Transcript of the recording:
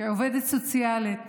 כעובדת סוציאלית,